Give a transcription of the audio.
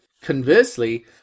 Conversely